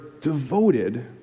devoted